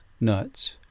nuts